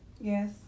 Yes